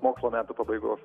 mokslo metų pabaigos